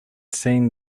seen